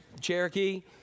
Cherokee